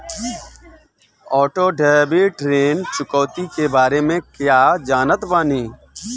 Auto debit ऋण चुकौती के बारे में कया जानत बानी?